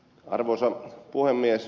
arvoisa puhemies